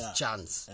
chance